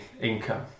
income